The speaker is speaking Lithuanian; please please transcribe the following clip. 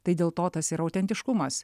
tai dėl to tas yra autentiškumas